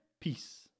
Peace